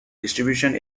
distribution